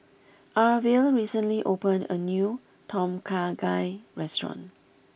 Arvil recently opened a new Tom Kha Gai restaurant